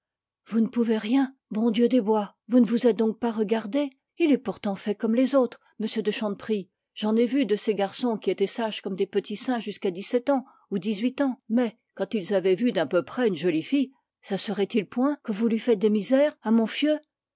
vous ne pouvez rien bon dieu de bois vous ne vous êtes donc pas regardée il est pourtant fait comme les autres m de chanteprie j'en ai vu de ces garçons qui étaient sages comme des petits saints jusqu'à dix-sept ou dix-huit ans mais quand ils avaient vu d'un peu près une jolie fille ça serait-il point que vous lui faites des misères à mon fieu